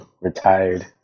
retired